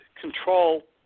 control